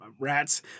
rats